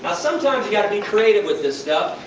but sometimes you've got to be creative with this stuff.